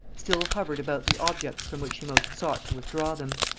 still hovered about the objects from which she most sought to withdraw them.